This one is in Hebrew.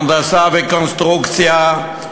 הנדסה וקונסטרוקציה,